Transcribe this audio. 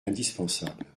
indispensable